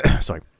sorry